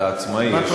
אתה עצמאי.